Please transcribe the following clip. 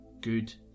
good